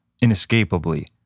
inescapably